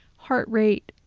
heart rate,